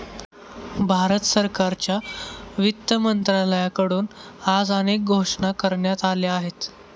भारत सरकारच्या वित्त मंत्रालयाकडून आज अनेक घोषणा करण्यात आल्या आहेत